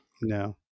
No